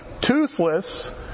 toothless